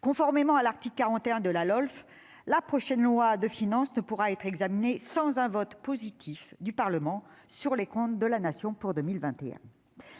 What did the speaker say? lois de finances (LOLF), la prochaine loi de finances ne pourra être examinée sans un vote positif du Parlement sur les comptes de la Nation pour 2021.